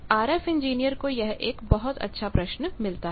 RF engineer को यह एक बहुत अच्छा प्रश्न मिलता है